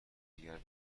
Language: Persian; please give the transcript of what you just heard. دیگر